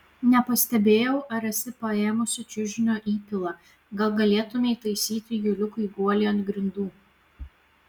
nepastebėjau ar esi paėmusi čiužinio įpilą gal galėtumei taisyti juliukui guolį ant grindų